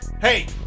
Hey